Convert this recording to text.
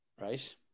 right